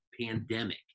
pandemic